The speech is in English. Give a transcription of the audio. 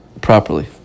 properly